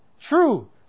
true